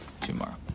tomorrow